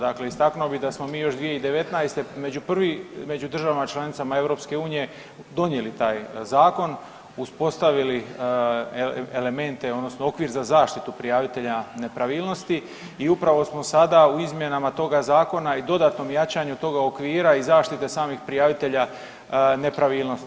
Dakle, istaknuo bi da smo mi još 2019. među prvi, među državama članicama EU donijeli taj zakon, uspostavili elemente odnosno okvir za zaštitu prijavitelja nepravilnosti i upravo smo sada u izmjenama toga zakona i dodatnom jačanju toga okvira i zaštite samih prijavitelja nepravilnosti.